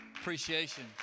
appreciation